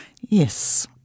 Yes